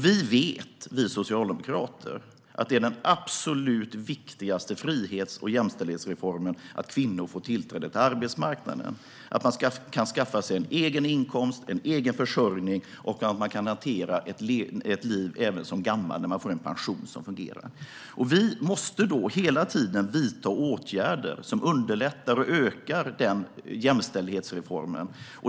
Vi socialdemokrater vet att det är den absolut viktigaste frihets och jämställdhetsreformen att kvinnor får tillträde till arbetsmarknaden, att de kan skaffa sig en egen inkomst och en egen försörjning och att de kan hantera sitt liv även som gamla när de får en pension som fungerar. Vi måste hela tiden vidta åtgärder som underlättar och förbättrar den jämställdhetsreformen.